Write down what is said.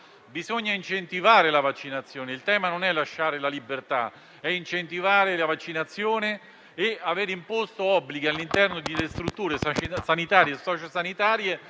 Bisogna incentivare la vaccinazione. Il tema non è lasciare la libertà, ma incentivare la vaccinazione e il fatto di aver imposto obblighi all'interno delle strutture sanitarie e socio-sanitarie